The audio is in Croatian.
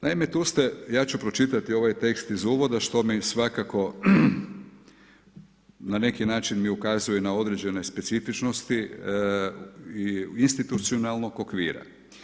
Naime tu ste, ja ću pročitati ovaj tekst iz uvoda što mi svakako na neki način mi ukazuje da određene specifičnosti i institucionalnog okvira.